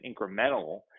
incremental